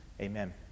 amen